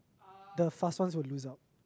the fast ones will lose out